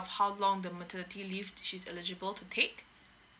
how long the maternity leave she is eligible to take